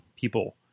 people